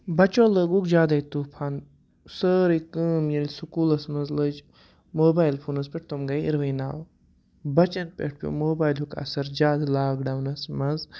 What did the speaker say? بَچو لوگُکھ زیادَے طوٗفان سٲرٕے کٲم ییٚلہِ سکوٗلَس منٛز لٔج موبایل فونَس پٮ۪ٹھ تِم گٔے اِروٕناو بَچَن پٮ۪ٹھ پیوٚو موبایِلُک اَثر زیادٕ لاکڈاونَس منٛز